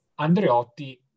Andreotti